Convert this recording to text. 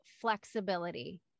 flexibility